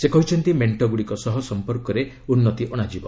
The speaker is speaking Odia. ସେ କହିଛନ୍ତି ମେଣ୍ଟଗ୍ରଡ଼ିକ ସହ ସମ୍ପର୍କରେ ଉନ୍ତି ଅଶାଯିବ